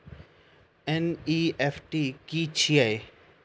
NEFT की छीयै?